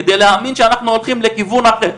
כדי להאמין שאנחנו הולכים לכיוון אחר.